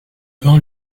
vent